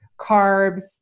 carbs